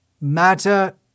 Matter